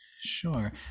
Sure